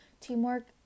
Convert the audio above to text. teamwork